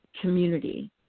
community